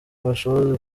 ibashoboze